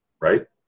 right